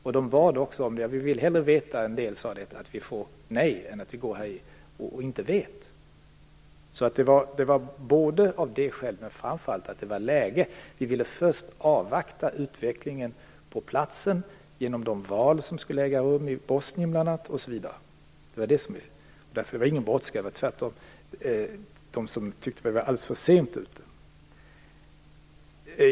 En del sade också att de hellre ville veta att de fick nej än att gå omkring och inte veta. Detta var alltså ett skäl till att beslutet fattades, men det främsta skälet var att det var läge för beslutet. Vi ville först avvakta utvecklingen på platsen, bl.a. de val som skulle äga rum i Bosnien. Det var alltså inte fråga om någon brådska, utan tvärtom tyckte en del att vi var alldeles för sent ute.